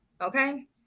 okay